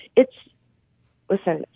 it's listen.